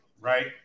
right